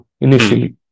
initially